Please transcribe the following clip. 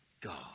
God